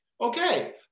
Okay